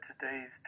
today's